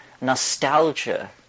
nostalgia